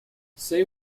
say